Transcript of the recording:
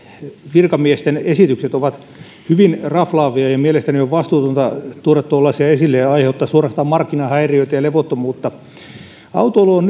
virkamiesten esitykset ovat hyvin raflaavia ja ja mielestäni on vastuutonta tuoda tuollaisia esille ja aiheuttaa suorastaan markkinahäiriöitä ja levottomuutta autoilu on